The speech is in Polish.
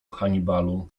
hannibalu